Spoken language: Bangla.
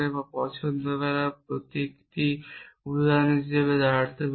বা পছন্দ করা প্রতীকটি উদাহরণ হিসাবে দাঁড়াতে পারে